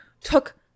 Took